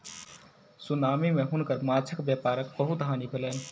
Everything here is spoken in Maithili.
सुनामी मे हुनकर माँछक व्यापारक बहुत हानि भेलैन